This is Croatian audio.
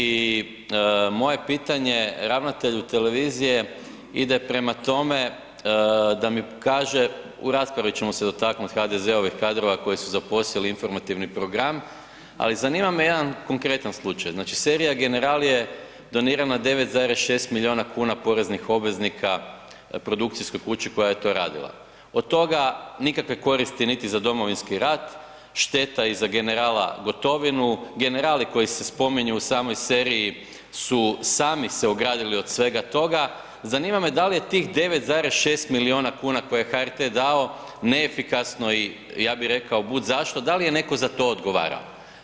I moje pitanje ravnatelju HRT-a ide prema tome da mi kaže, u raspravi ćemo se dotaknut HDZ-ovih kadrova koji su zaposjeli informativni program, ali zanima je jedan konkretan slučaj, znači serija General je donirana 9,6 milijuna kuna poreznih obveznika produkcijskoj kući koja je to radila, od toga nikakve koristi niti za domovinski rat, šteta i za generala Gotovinu, generali koji se spominju u samoj seriji su sami se ogradili od svega toga, zanima me da li je tih 9,6 milijuna kuna koje je HRT dao neefikasno i ja bi rekao bud zašto, dal je neko za to odgovarao?